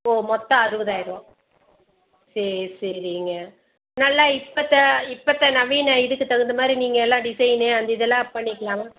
ஓ மொத்தம் அறுபதாயிர்ரூவா சரி சரிங்க நல்லா இப்பத்தய இப்பத்தய நவீன இதுக்கு தகுந்த மாதிரி நீங்கள் எல்லாம் டிசைனு அந்த இதெல்லாம் பண்ணிக்கலாமா